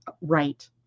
right